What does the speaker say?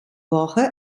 woche